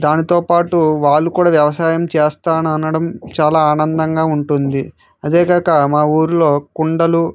దానితో పాటు వాళ్ళు కూడా వ్యవసాయం చేస్తాననడం చాలా ఆనందంగా ఉంటుంది అదేకాక మా ఊళ్ళో కుండలు